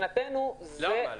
למה?